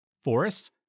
forests